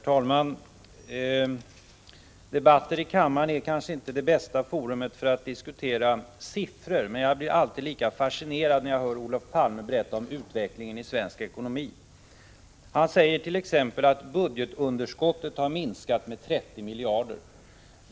Herr talman! Kammaren är kanske inte det bästa forumet för att diskutera siffror, men jag blir alltid lika fascinerad när jag hör Olof Palme berätta om utvecklingen i svensk ekonomi. Han säger t.ex. att budgetunderskottet har minskat med 30 miljarder kronor.